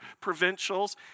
provincials